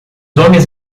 homens